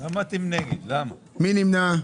מי נמנע?